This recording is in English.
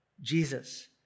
Jesus